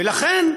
ולכן,